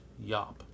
Yop